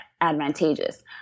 advantageous